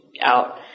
out